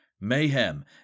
mayhem